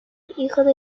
hijo